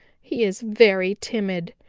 he is very timid,